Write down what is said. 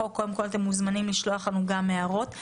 אתם מוזמנים לשלוח לנו הערות לעניין הזה ולתיקוני החוק.